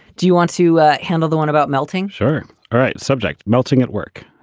do you want to handle the one about melting? sure. all right. subject melting at work.